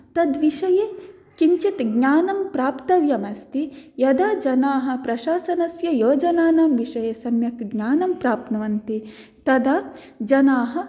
तद्विषये किञ्चित् ज्ञानं प्राप्तव्यमस्ति यदा जनाः प्रशासनस्य योजनानां विषये सम्यक् ज्ञानं प्राप्नुवन्ति तदा जनाः